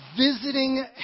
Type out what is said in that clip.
visiting